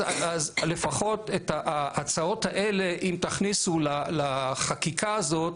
אז לפחות את ההצעות האלה אם תכניסו לחקיקה הזאת,